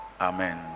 Amen